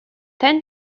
ten